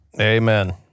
amen